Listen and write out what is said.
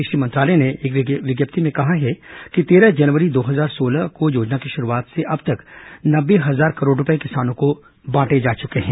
कृषि मंत्रालय ने एक विज्ञप्ति में कहा है कि तेरह जनवरी दो हजार सोलह को योजना की शुरूआत से अब तक नब्बे हजार करोड़ रुपये किसानों में बांटे जा चके हैं